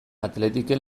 athleticen